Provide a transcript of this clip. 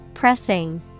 Pressing